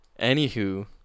Anywho